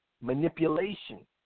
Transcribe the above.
manipulation